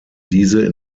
diese